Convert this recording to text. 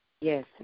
Yes